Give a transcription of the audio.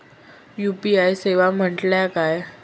UPI सेवा म्हटल्या काय?